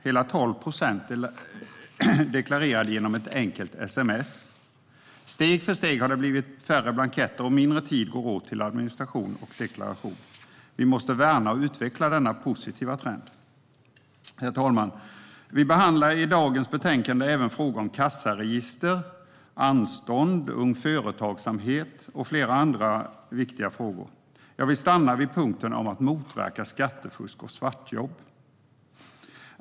Hela 12 procent deklarerade genom ett enkelt sms. Steg för steg har det blivit färre blanketter och mindre tid som går åt till administration. Vi måste värna och utveckla denna positiva trend. Herr talman! Vi behandlar i dagens betänkande även frågor om kassaregister, anstånd, ung företagsamhet och flera andra viktiga frågor. Jag vill stanna vid punkten om att motverka skattefusk och svartjobb.